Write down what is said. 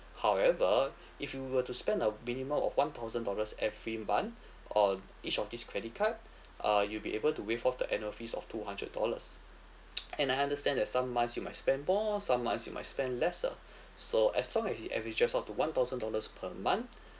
however if you were to spend a minimum of one thousand dollars every month uh each of these credit card uh you'll be able to waive off the annual fees of two hundred dollars and I understand that some months you might spend more some months you might spend lesser so as long as it averages out to one thousand dollars per month